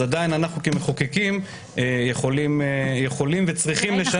עדיין כמחוקקים אנחנו יכולים וצריכים לשנות את זה.